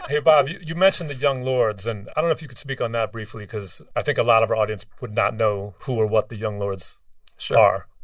hey, bob, you you mentioned the young lords. and i don't know if you could speak on that briefly because i think a lot of our audience would not know who or what the young lords are sure.